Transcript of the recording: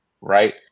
right